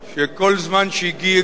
שכל זמן שגעגעו,